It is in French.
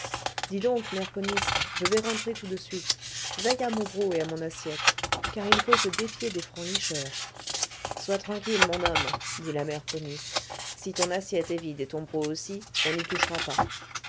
mère ponisse je vais rentrer tout de suite veille à mon broc et à mon assiette car il faut se défier des francs licheurs sois tranquille mon homme dit la mère ponisse si ton assiette est vide et ton broc aussi on n'y touchera pas